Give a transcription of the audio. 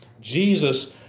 Jesus